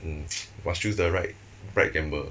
mm must choose the right right gamble